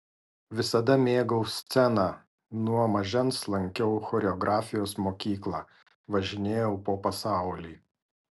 visada mėgau sceną nuo mažens lankiau choreografijos mokyklą važinėjau po pasaulį